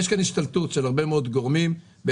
יש השתלטות של כל מיני גורמים על צמתים